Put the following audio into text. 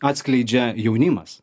atskleidžia jaunimas